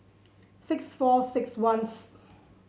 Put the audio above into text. six four six one